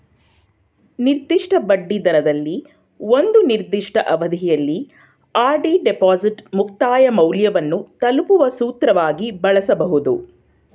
ನಿರ್ದಿಷ್ಟ ಬಡ್ಡಿದರದಲ್ಲಿ ಒಂದು ನಿರ್ದಿಷ್ಟ ಅವಧಿಯಲ್ಲಿ ಆರ್.ಡಿ ಡಿಪಾಸಿಟ್ ಮುಕ್ತಾಯ ಮೌಲ್ಯವನ್ನು ತಲುಪುವ ಸೂತ್ರವಾಗಿ ಬಳಸಬಹುದು